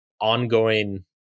ongoing